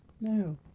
No